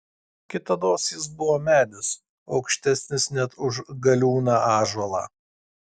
kitados jis buvo medis aukštesnis net už galiūną ąžuolą